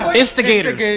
instigators